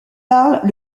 parlent